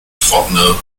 trockene